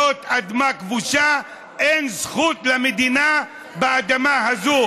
זאת אדמה כבושה, ואין למדינה זכות באדמה הזאת.